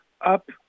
up